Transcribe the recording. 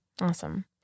awesome